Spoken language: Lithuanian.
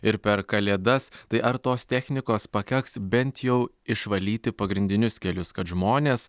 ir per kalėdas tai ar tos technikos pakaks bent jau išvalyti pagrindinius kelius kad žmonės